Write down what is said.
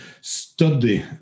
study